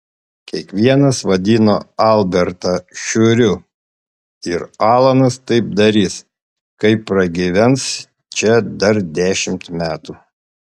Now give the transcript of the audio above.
kiekvienas vadino albertą šiuriu ir alanas taip darys kai pragyvens čia dar dešimt metų